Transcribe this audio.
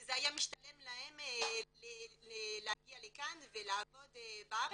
זה היה משתלם להם להגיע לכאן ולעבוד בארץ,